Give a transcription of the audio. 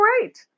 great